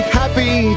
happy